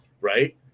right